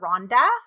Rhonda